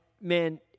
Man